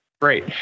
Great